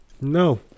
No